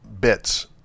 bits